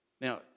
Now